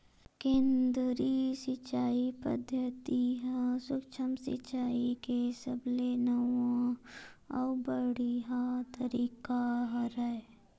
केदरीय सिचई पद्यति ह सुक्ष्म सिचाई के सबले नवा अउ बड़िहा तरीका हरय